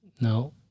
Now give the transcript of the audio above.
No